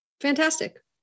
Fantastic